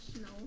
No